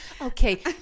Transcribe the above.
okay